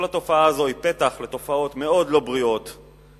כל התופעה הזאת היא פתח לתופעות מאוד לא בריאות בקופות-החולים,